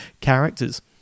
characters